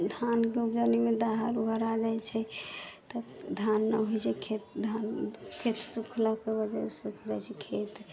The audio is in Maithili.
धानके उपजाबैमे दहा उहा जाइ छै तब धान नहि होइ छै खेतमे धान खेत सुखलाके वजहसँ सब जाइ छै खेत